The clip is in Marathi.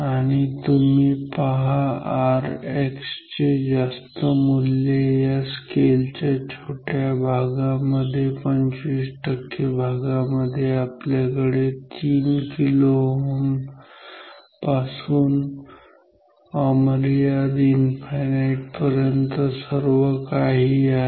आणि तुम्ही पहा Rx चे जास्त मूल्य या स्केल च्या छोट्याशा भागांमध्ये 25 भागामध्ये आपल्याकडे 3 kΩ पासून अनंत ∞ पर्यंत सर्व काही आहे